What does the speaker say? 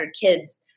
kids